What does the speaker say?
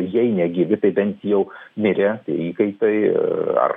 jei negyvi tai bent jau mirę tie įkaitai ar